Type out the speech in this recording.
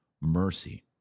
mercy